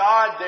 God